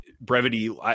brevity